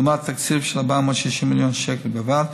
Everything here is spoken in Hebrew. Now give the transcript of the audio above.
לעומת תקציב של 460 מיליון שקל בלבד,